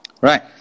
Right